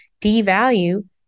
devalue